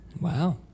wow